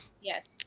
Yes